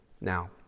Now